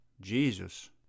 Jesus